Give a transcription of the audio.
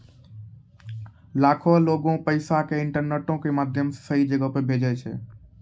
लाखो लोगें पैसा के इंटरनेटो के माध्यमो से सही जगहो पे भेजै छै